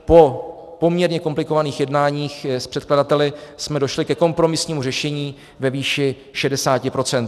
Po poměrně komplikovaných jednáních s předkladateli jsme došli ke kompromisnímu řešení ve výši 60 %.